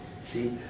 See